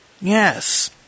Yes